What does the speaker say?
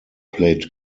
played